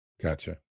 Gotcha